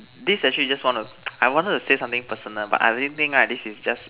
this actually just one of I wanted to say something personal but I didn't think right this is just